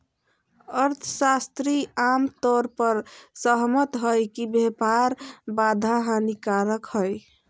अर्थशास्त्री आम तौर पर सहमत हइ कि व्यापार बाधा हानिकारक हइ